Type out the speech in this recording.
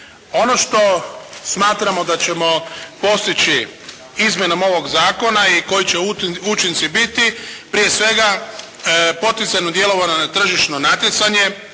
Ono što smatramo da ćemo postići izmjenom ovog zakona i koji će učinci biti prije svega poticajno djelovanje na tržišno natjecanje,